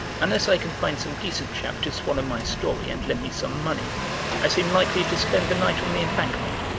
unless i can find some decent chap to swallow my story and lend me some money i seem likely to spend the night on the embankment.